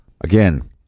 again